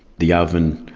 the oven,